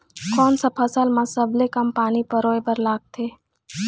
कोन सा फसल मा सबले कम पानी परोए बर लगेल?